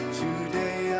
today